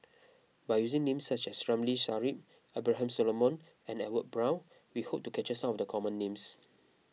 by using names such as Ramli Sarip Abraham Solomon and Edwin Brown we hope to capture some of the common names